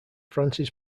francis